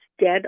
dead